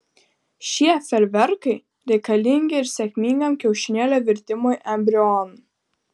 šie fejerverkai reikalingi ir sėkmingam kiaušinėlio virtimui embrionu